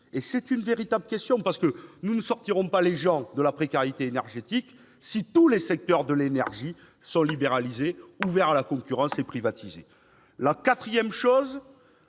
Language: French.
tout un objectif de profit ? Nous ne sortirons pas les gens de la précarité énergétique si tous les secteurs de l'énergie sont libéralisés, ouverts à la concurrence, privatisés. En quatrième lieu-